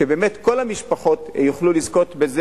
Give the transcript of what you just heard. כדי שבאמת כל המשפחות יוכלו לזכות בזה